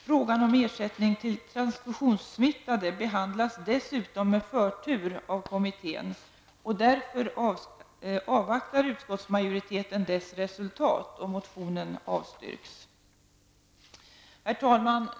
Frågan om ersättning till transfusionssmittade behandlas dessutom i förtur av kommittén. Utskottsmajoriteten avvaktar dess resultat och avstyrker därför motionen. Herr talman!